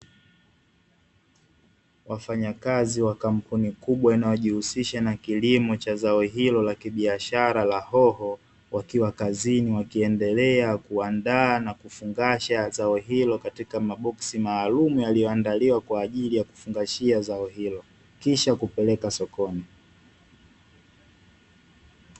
Wafanyakazi wa kampuni kubwa inayojihusisha na kilimo cha zao hilo la kibiashara la hoho, wakiwa kazini wakiendelea kuandaa na kufungasha zao hilo katika maboksi maalumu yaliyoandaliwa kwa ajili ya kufungashia zao hilo, kisha kupeleka sokoni.